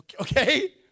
Okay